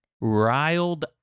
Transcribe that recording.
riled